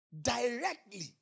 directly